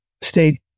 state